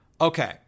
Okay